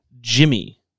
Jimmy